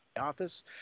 Office